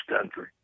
country